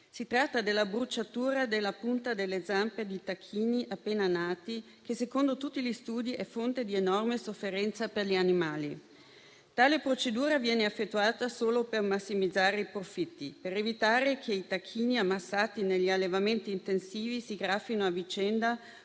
Si tratta della bruciatura della punta delle zampe di tacchini appena nati che, secondo tutti gli studi, è fonte di enorme sofferenza per gli animali. Tale procedura viene effettuata solo per massimizzare i profitti, per evitare che i tacchini ammassati negli allevamenti intensivi si graffino a vicenda,